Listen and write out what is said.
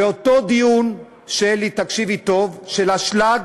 ואותו דיון, שלי, תקשיבי טוב, על האשלג